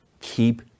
keep